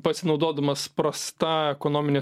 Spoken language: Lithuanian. pasinaudodamas prasta ekonomine